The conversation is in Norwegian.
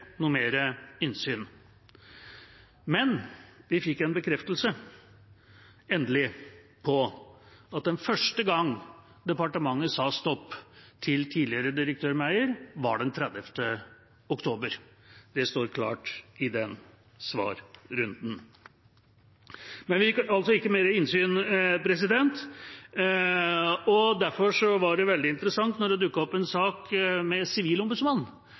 innsyn. Men vi fikk endelig en bekreftelse på at første gang departementet sa stopp til tidligere direktør Meyer, var den 30. oktober 2017. Det står klart i den svarrunden. Men vi fikk altså ikke mer innsyn, og derfor var det veldig interessant da det dukket opp en sak med Sivilombudsmannen